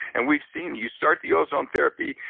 and we've seen, you start the ozone therapy,